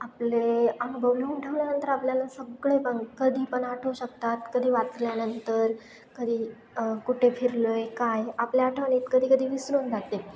आपले अनुभव लिहून ठेवल्यानंतर आपल्याला सगळे पण कधी पण आठवू शकतात कधी वाचल्यानंतर कधी कुठे फिरलो आहे काय आपल्या आठवणीत कधी कधी विसरून जाते